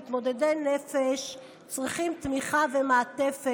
מתמודדי נפש צריכים תמיכה ומעטפת,